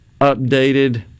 updated